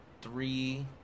three